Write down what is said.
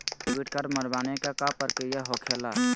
Debit card बनवाने के का प्रक्रिया होखेला?